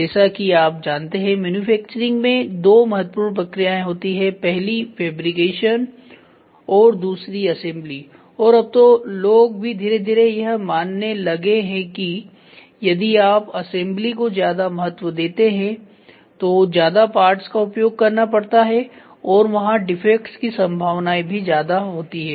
जैसा कि आप जानते हैं मैन्युफैक्चरिंग में दो महत्वपूर्ण प्रक्रियाएं होती है पहली फेब्रिकेशन और दूसरी असेंबली और अब तो लोग भी धीरे धीरे यह मानने लगे हैं कि यदि आप असेंबली को ज्यादा महत्व देते हैं तो ज्यादा पार्ट्स का उपयोग करना पड़ता है और वहां पर डिफेक्ट्स की संभावनाएं भी ज्यादा होती है